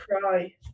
cry